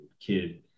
kid